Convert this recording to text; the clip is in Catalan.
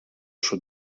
sud